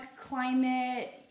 climate